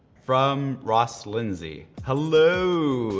from ross lindsay. hello,